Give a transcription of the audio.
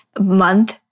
month